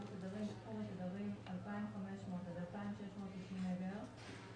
עבור תדרים בתחום התדרים 2,500 עד 2,690 מגה-הרץ,